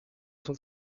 son